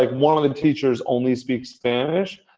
like one of the teachers only speak spanish.